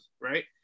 Right